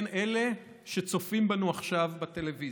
כן, אלה שצופים בנו עכשיו בטלוויזיה,